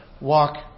walk